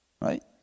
right